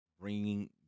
bringing